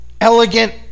elegant